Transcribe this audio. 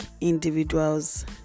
individuals